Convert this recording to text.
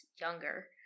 younger